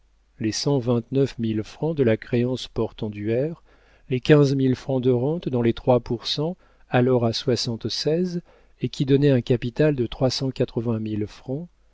les cent vingt-neuf mille francs de la créance portenduère les quinze mille francs de rente dans le trois pour cent alors à soixante-seize et qui donnaient un capital de